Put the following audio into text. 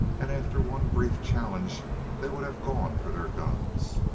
and after one brief challenge they would have gone for their guns.